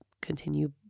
continue